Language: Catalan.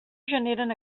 generen